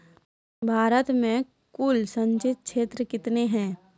भारत मे कुल संचित क्षेत्र कितने हैं?